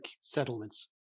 settlements